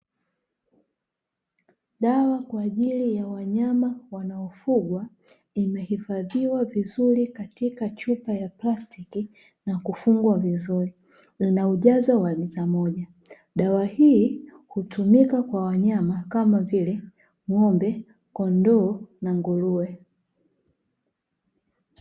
Dawa kwa ajili ya wanyama wanaofugwa imehifadhiwa vizuri katika chupa ya plastiki na kufungwa vizuri lina ujazo wa lita moja. Dawa hii hutumika kwa wanyama kama vile ng'ombe ,kondoo na nguruwe.